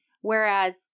Whereas